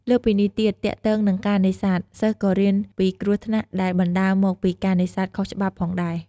លើសពីនេះទៀត ទាក់ទងនឹងការនេសាទសិស្សក៏រៀនពីគ្រោះថ្នាក់ដែលបណ្ដាលមកពីការនេសាទខុសច្បាប់ផងដែរ។